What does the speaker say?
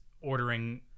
ordering